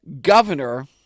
Governor